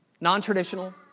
non-traditional